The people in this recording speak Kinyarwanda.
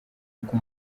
uko